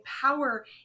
power